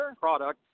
product